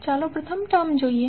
ચાલો પ્રથમ ટર્મ જોઈએ